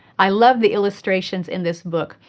i love the illustrations in this book,